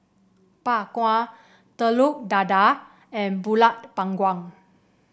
Bak Kwa Telur Dadah and pulut panggang